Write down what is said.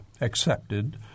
accepted